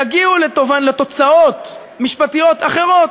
יגיעו לתוצאות משפטיות אחרות.